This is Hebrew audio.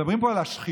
מדברים פה על השחיתות,